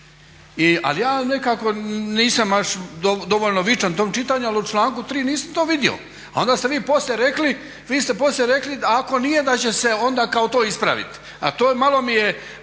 ali ja nekako nisam baš dovoljno vičan tom čitanju ali u članku 3. nisam to vidio. A onda ste vi poslije rekli, vi ste poslije rekli ako nije da će se onda kao to ispraviti. A to, malo mi je,